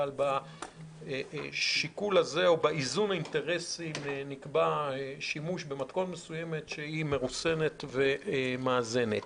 אבל באיזון האינטרסים נקבע שימוש במתכונת מסוימת שהיא מרוסנת ומאזנת.